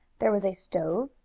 there was a stove,